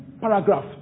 paragraph